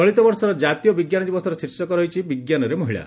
ଚଳିତବର୍ଷର ଜାତୀୟ ବିଙ୍କାନ ଦିବସର ଶୀର୍ଷକ ରହିଛି ବିଙ୍କାନରେ ମହିଳା